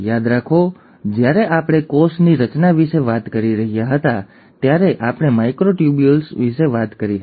યાદ રાખો જ્યારે આપણે કોષની રચના વિશે વાત કરી રહ્યા હતા ત્યારે આપણે માઇક્રોટ્યુબ્યુલ્સ વિશે વાત કરી હતી